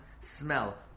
smell